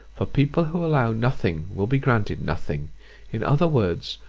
for people who allow nothing will be granted nothing in other words,